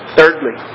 Thirdly